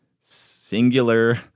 singular